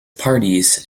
parties